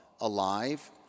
alive